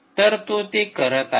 तर तो ते करत आहे